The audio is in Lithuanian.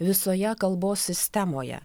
visoje kalbos sistemoje